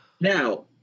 now